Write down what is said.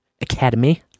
Academy